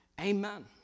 Amen